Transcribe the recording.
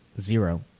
Zero